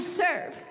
serve